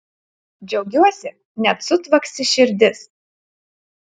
džiaugiuosi net sutvaksi širdis